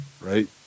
right